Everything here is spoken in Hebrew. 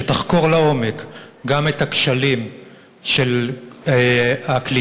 שתחקור לעומק גם את הכשלים של הקליטה